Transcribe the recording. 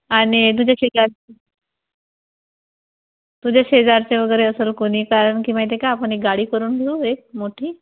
आणि तुझ्या शेजार तुझ्या शेजारचे वगैरे असेल कोणी कारण की माहिती आहे आपण एक गाडी करून घेऊ एक मोठी